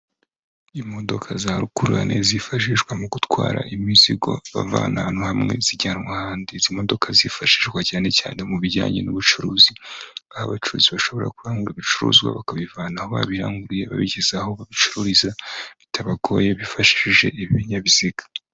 imodoka za rukururane zifashishwa mu gutwara imizigo bavana ahantu hamwe zijyanwa ahandi izi modoka zifashishwa cyane cyane mu bijyanye n'ubucuruzi aho abacuruzi bashobora kurangura ibicuruzwa bakabivanaho babiranguriye babigeza aho babicururiza bitabagoye bifashishije ibinyabiziga